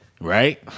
Right